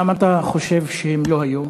למה אתה חושב שהוא לא היה,